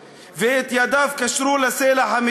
השלשלאות.